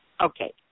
Okay